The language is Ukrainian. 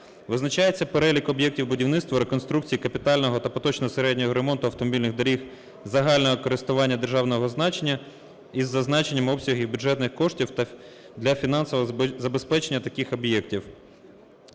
Визначається перелік об'єктів будівництва, реконструкції, капітального та поточного середнього ремонту автомобільних доріг загального користування державного значення із зазначенням обсягів бюджетних коштів та для фінансового забезпечення таких об'єктів.